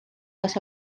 las